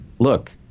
look